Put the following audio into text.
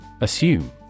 Assume